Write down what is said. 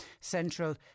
Central